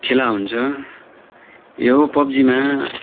खेला हुन्छ यो पब्जीमा